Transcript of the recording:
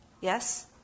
Yes